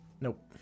Nope